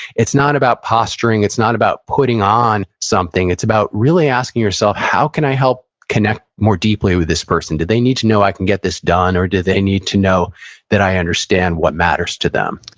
it's not about posturing, it's not about putting on something. it's about really asking yourself, how can i help connect more deeply with this person? do they need to know i can get this done? or, do they need to know that i understand what matters to them?